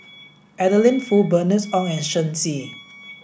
Adeline Foo Bernice Ong and Shen Xi